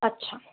अच्छा